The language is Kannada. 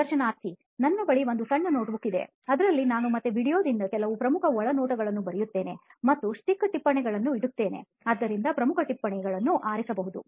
ಸಂದರ್ಶನಾರ್ಥಿ ನನ್ನ ಬಳಿ ಒಂದು ಸಣ್ಣ notebook ಇದೆ ಅದರಲ್ಲಿ ನಾನು ಮತ್ತೆ video ದಿಂದ ಕೆಲವು ಪ್ರಮುಖ ಒಳನೋಟಗಳನ್ನು ಬರೆಯುತ್ತೇನೆ ಮತ್ತು stick ಟಿಪ್ಪಣಿಗಳನ್ನು ಇಡುತ್ತೇನೆ ಅದರಿಂದ ಪ್ರಮುಖ ಟಿಪ್ಪಣಿಯನ್ನು ಆರಿಸಬಹುದು